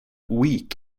weak